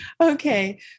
Okay